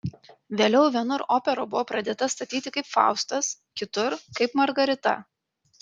vėliau vienur opera buvo pradėta statyti kaip faustas kitur kaip margarita